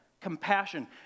compassion